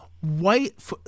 white